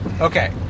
Okay